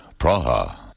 Praha